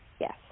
Yes